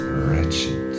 wretched